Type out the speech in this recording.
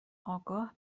آگاه